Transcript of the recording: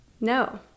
No